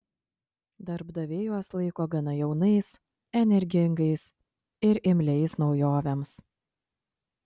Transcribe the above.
darbdaviai juos laiko gana jaunais energingais ir imliais naujovėms